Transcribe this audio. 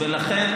ולכן,